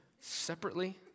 separately